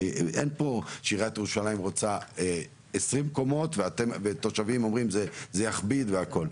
אין פה שעיריית ירושלים רוצה 20 קומות ותושבים רוצים זה יכביד והכל.